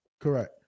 Correct